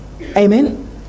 Amen